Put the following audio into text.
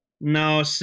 no